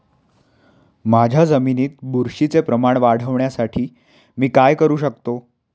माझ्या जमिनीत बुरशीचे प्रमाण वाढवण्यासाठी मी काय करू शकतो?